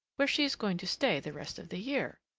where she is going to stay the rest of the year.